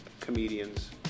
comedians